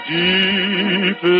deep